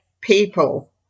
people